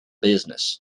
business